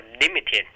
limited